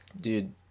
Dude